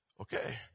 Okay